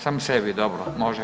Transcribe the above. Sam sebi, dobro može.